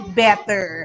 better